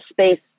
space